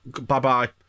bye-bye